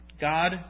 God